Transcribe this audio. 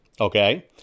okay